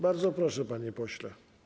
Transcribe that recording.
Bardzo proszę, panie pośle.